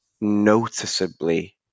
noticeably